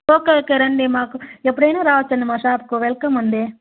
okay okay రండి మాకు ఎప్పుడైన రావచ్చు అండి మా షాప్కు వెల్కమ్ అండి